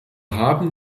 haben